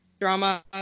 drama